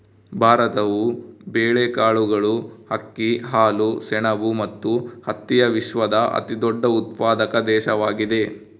ಭಾರತವು ಬೇಳೆಕಾಳುಗಳು, ಅಕ್ಕಿ, ಹಾಲು, ಸೆಣಬು ಮತ್ತು ಹತ್ತಿಯ ವಿಶ್ವದ ಅತಿದೊಡ್ಡ ಉತ್ಪಾದಕ ದೇಶವಾಗಿದೆ